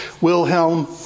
Wilhelm